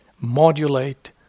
modulate